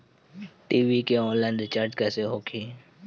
TV के online recharge कैसे होखी?